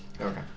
Okay